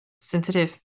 sensitive